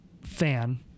fan